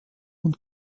und